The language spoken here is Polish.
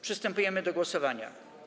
Przystępujemy do głosowania.